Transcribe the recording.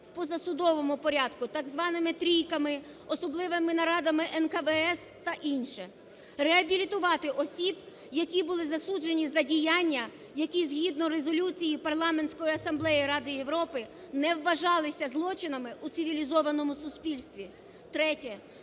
в позасудовому порядку, так званими трійками, особливими нарадами НКВС та інше. Реабілітувати осіб, які були засуджені за діяння, які згідно Резолюції Парламентської асамблеї Ради Європи не вважалися злочинами у цивілізованому суспільстві. Третє.